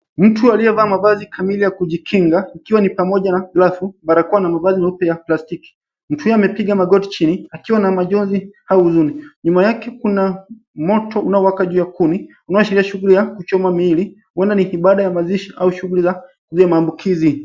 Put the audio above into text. Mtu aliyevaa mavazi kamili ya kujikinga ikiwa ni pamoja na glavu, barakoa na mavazi meupe ya plastiki. Mtu huyu amepiga magoti chini akiwa na majonzi au huzuni. Nyuma yake kuna moto unaowaka juu ya kuni, unaoshiria shughuli ya kuchoma mili. Huenda ni ibada ya mazishi au shughuli za maambukizi.